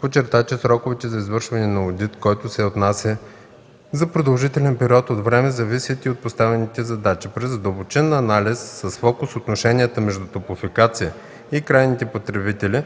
подчерта, че сроковете за извършване на одит, който се отнася за продължителен период от време, зависят и от поставените задачи. При задълбочен анализ, с фокус отношенията между „Топлофикация” и крайните потребители,